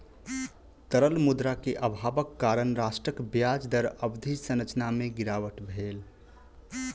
तरल मुद्रा के अभावक कारण राष्ट्रक ब्याज दर अवधि संरचना में गिरावट भेल